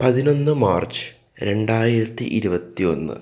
പതിനൊന്ന് മാർച്ച് രണ്ടായിരത്തി ഇരുപത്തിയൊന്ന്